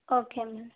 okay ma'am